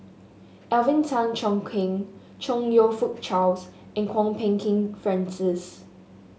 Alvin Tan Cheong Kheng Chong You Fook Charles and Kwok Peng Kin Francis